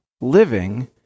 living